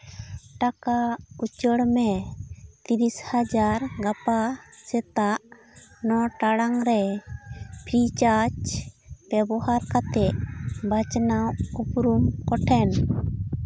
ᱴᱟᱠᱟ ᱩᱪᱟᱹᱲ ᱢᱮ ᱛᱤᱨᱤᱥ ᱦᱟᱡᱟᱨ ᱜᱟᱯᱟ ᱥᱮᱛᱟᱜ ᱱᱚ ᱴᱟᱲᱟᱝ ᱨᱮ ᱯᱷᱨᱤᱪᱟᱨᱡ ᱵᱮᱵᱚᱦᱟᱨ ᱠᱟᱛᱮ ᱵᱟᱪᱷᱱᱟᱣ ᱩᱯᱨᱩᱢ ᱠᱚ ᱴᱷᱮᱱ